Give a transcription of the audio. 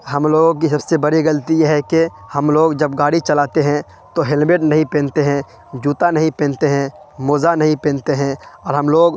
ہم لوگوں کی سب سے بڑی غلطی یہ ہے کہ ہم لوگ جب گاڑی چلاتے ہیں تو ہیلمیٹ نہیں پہنتے ہیں جوتا نہیں پہنتے ہیں موزہ نہیں پہنتے ہیں اور ہم لوگ